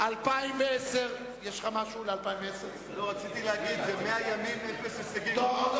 זה מאה ימים, אפס הישגים.